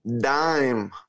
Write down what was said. dime